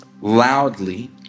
loudly